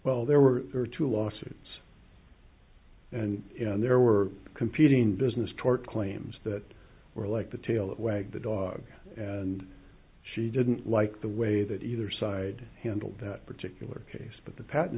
well there are two lawsuits and you know there were competing business tort claims that were like the tail that wags the dog and she didn't like the way that either side handled that particular case but the patent